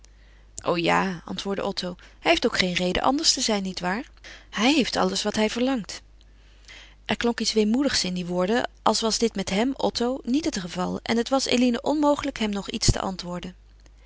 o ja antwoordde otto hij heeft ook geen reden anders te zijn niet waar hij heeft alles wat hij verlangt er klonk iets weemoedigs in die woorden als was dit met hem otto niet het geval en het was eline onmogelijk hem nog iets te antwoorden